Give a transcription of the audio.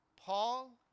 Paul